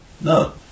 No